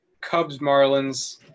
Cubs-Marlins